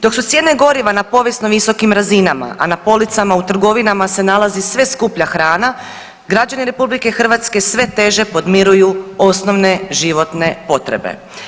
Dok su cijene goriva na povijesno visokim razinama, a na policama u trgovinama se nalazi sve skuplja hrana građani RH sve teže podmiruju osnovne životne potrebe.